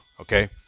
Okay